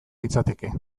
litzateke